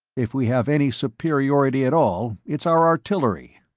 if we have any superiority at all, it's our artillery.